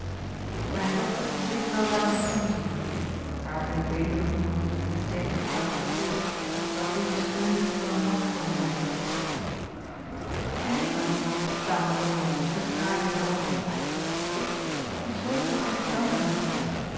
mijne dochter evenwel baart mij geen zorg haar ken ik beter dan iemand ze heeft een krachtigen geest ze zal eer een steun dan een last voor me zijn en ik dan stamelde omens met tranen in de oogen ik die zooveel aan je te danken heb